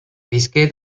visqué